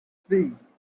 three